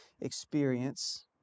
experience